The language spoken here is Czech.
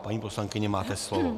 Paní poslankyně, máte slovo.